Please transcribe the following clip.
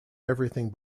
everything